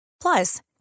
Plus